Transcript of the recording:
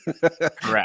Correct